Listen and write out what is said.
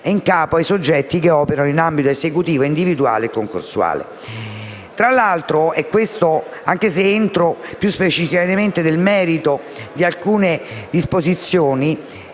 in capo ai soggetti che operano in ambito esecutivo, individuale e concorsuale. Tra l'altro - se entro più specificamente nel merito di alcune disposizioni,